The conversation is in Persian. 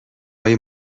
های